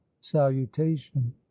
salutation